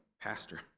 pastor